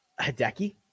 Hideki